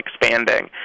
expanding